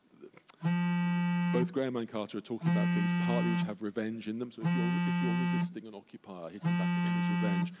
both graeme and carter are talking about things partly which have revenge in them, so if you're if you're resisting an occupy, hitting back at them is revenge,